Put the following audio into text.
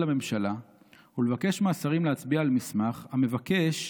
הממשלה ולבקש מהשרים להצביע על מסמך המבקש,